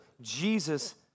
Jesus